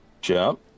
jump